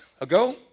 ago